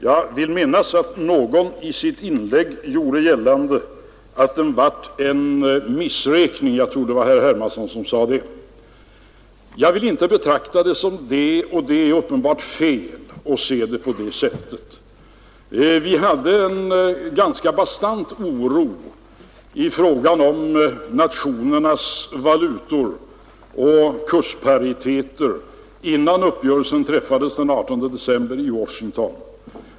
Jag vill minnas att någon — jag tror det var herr Hermansson — i sitt inlägg gjorde gällande att den blev en missräkning. Jag vill inte betrakta det så — det är uppenbarligen fel att se det på det sättet. Vi hade en ganska bastant oro i fråga om nationernas valutor och kurspariteterna innan uppgörelsen träffades den 18 december i Washington.